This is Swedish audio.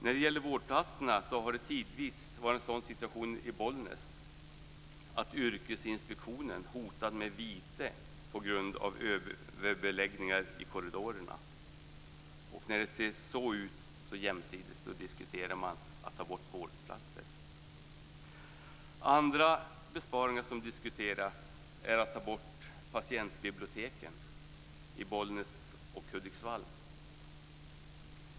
När det gäller vårdplatserna har det tidvis varit en sådan situation i Bollnäs att yrkesinspektionen hotat med vite på grund av överbeläggningar i korridorerna. Jämsides med att det ser ut på det sättet diskuterar man att ta bort vårdplatser. Andra besparingar som diskuteras är att ta bort patientbiblioteken i Bollnäs och Hudiksvall.